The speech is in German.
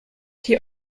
die